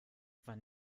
wann